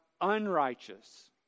unrighteous